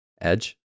Edge